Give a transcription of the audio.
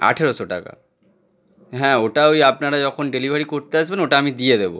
আঠেরোশো টাকা হ্যাঁ ওটা ওই আপনারা যখন ডেলিভারি করতে আসবেন ওটা আমি দিয়ে দেবো